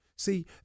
See